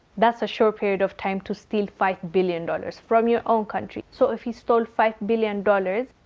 that's a short period of time to steal five billion dollars from your own country. so if he stole five billion dollars,